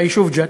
ביישוב ג'ת,